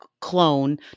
clone